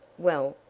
well,